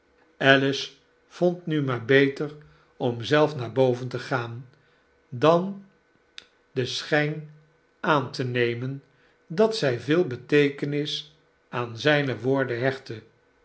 alice vond nu maar beter om zelf naar boven te gaan dan den schijn aan te nemen dat zij veel beteekenis aan zgne woorden hechtte